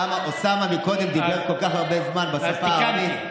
אוסאמה דיבר כל כך הרבה זמן קודם בשפה הערבית.